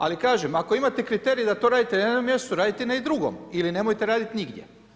Ali kažem ako imate kriterij da to radite na jednom mjestu radite i na drugom ili nemojte raditi nigdje.